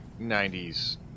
90s